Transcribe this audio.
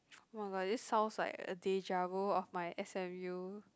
!wah! but this sounds like a deja vu of my S_M_U